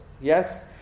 yes